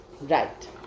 Right